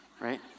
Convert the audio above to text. right